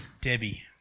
Debbie